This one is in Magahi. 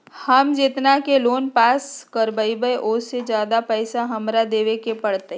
हम जितना के लोन पास कर बाबई ओ से ज्यादा पैसा हमरा देवे के पड़तई?